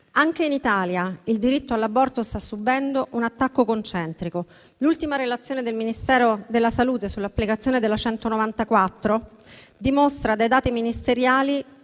Anche in Italia il diritto all’aborto sta subendo un attacco concentrico. L’ultima relazione del Ministero della salute sull’applicazione della legge n. 194 del 1978 dimostra, dai dati ministeriali,